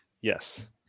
Yes